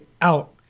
out